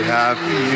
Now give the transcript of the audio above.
happy